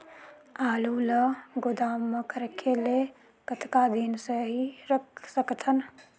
आलू ल गोदाम म रखे ले कतका दिन सही रख सकथन?